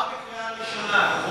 זה עבר בקריאה ראשונה.